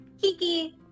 Kiki